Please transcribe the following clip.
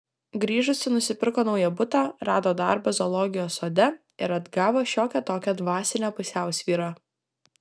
grįžusi nusipirko naują butą rado darbą zoologijos sode ir atgavo šiokią tokią dvasinę pusiausvyrą